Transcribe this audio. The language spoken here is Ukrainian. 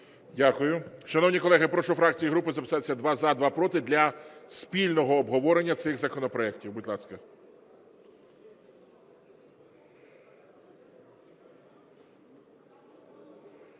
Дякую. Шановні колеги, прошу фракції і групи записатися два – за, два – проти, для спільного обговорення цих законопроектів. Будь ласка.